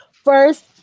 First